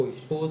פה אשפוז,